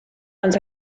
ond